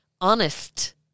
honest